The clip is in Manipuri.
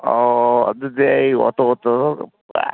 ꯑꯣ ꯑꯗꯨꯗꯤ ꯑꯩ ꯑꯣꯇꯣ ꯇꯧꯔꯒ ꯐꯠ